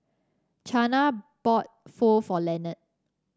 Chana bought Pho for Leonard